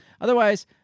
Otherwise